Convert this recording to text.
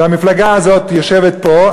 והמפלגה הזאת יושבת פה,